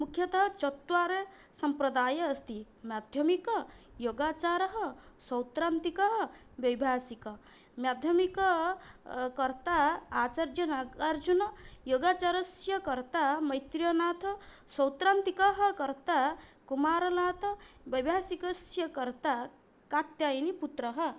मुख्यता चत्वारः सम्प्रदायाः अस्ति माध्यमिकः योगाचारः सौत्रान्तिकः वैभाषिकः माध्यमिकः कर्ता आचार्यनागार्जुनः योगाचारस्य कर्ता मैत्रेयनाथः सौत्रान्तिकः कर्ता कुमारनाथः वैभाषिकस्य कर्ता कात्यायनिपुत्रः